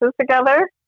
together